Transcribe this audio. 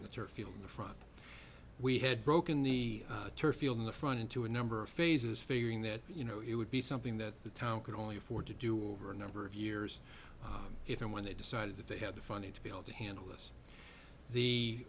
of the church field in the front we had broken the turf field in the front into a number of phases figuring that you know it would be something that the town could only afford to do over a number of years if and when they decided that they have the funding to be able to handle this he